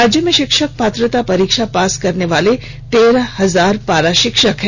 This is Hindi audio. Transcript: राज्य में शिक्षक पात्रता परीक्षा पास करने वाले तेरह हजार पारा शिक्षक हैं